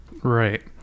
right